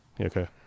Okay